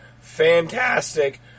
fantastic